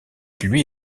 lui